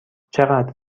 چقدر